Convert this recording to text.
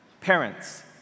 parents